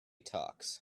talks